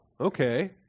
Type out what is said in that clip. okay